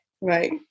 Right